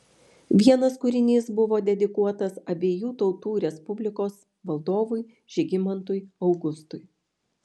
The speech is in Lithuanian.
vienas kūrinys buvo dedikuotas abiejų tautų respublikos valdovui žygimantui augustui